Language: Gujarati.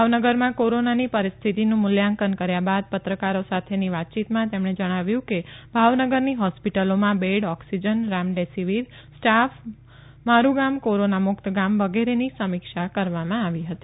ભાવનગરમાં કોરોનાની પરિસ્થિતિનું મુલ્યાંકન કર્યા બાદ પત્રકારો સાથેની વાતયીતમાં તેમણે જણાવ્યું કે ભાવનગરની હોસ્પિટલોમાં બેડ ઓકસીજન રેમડીસીવીર સ્ટાફ મારૂ ગામ કોરોનામુકત ગામ વગેરેની સમીક્ષા કરી હતી